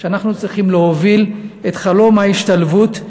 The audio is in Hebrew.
אנחנו צריכים להוביל את חלום ההשתלבות.